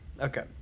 Okay